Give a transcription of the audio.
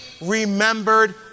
remembered